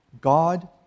God